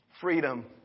Freedom